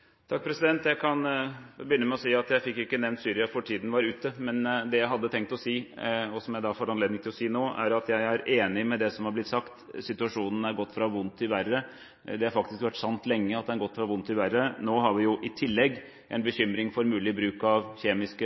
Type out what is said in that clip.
Jeg kan begynne med å si at jeg ikke fikk nevnt Syria fordi tiden var ute. Det jeg hadde tenkt å si, og som jeg får anledning til å si nå, er at jeg er enig i det som er blitt sagt. Situasjonen er gått fra vondt til verre. Det har faktisk vært sant lenge at den har gått fra vondt til verre. Nå har vi i tillegg en bekymring for mulig bruk av kjemiske